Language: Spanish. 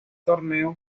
torneo